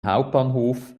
hbf